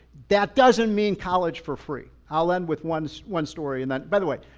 that doesn't mean college for free. i'll end with one so one story. and then by the way,